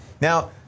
Now